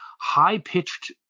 high-pitched